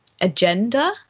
agenda